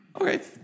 Okay